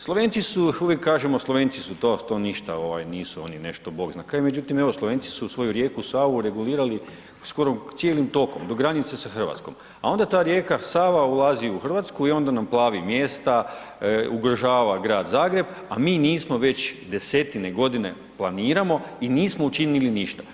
Slovenci su, uvijek kažemo Slovenci su to, to ništa ovaj nisu oni nešto Bog zna kaj, međutim, evo Slovenci su svoju rijeku Savu regulirali skoro cijelim tokom, do granice sa RH, a onda ta rijeka Sava ulazi u RH i onda nam plavi mjesta, ugrožava Grad Zagreb, a mi nismo već desetine godine planiramo i nismo učinili ništa.